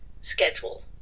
schedule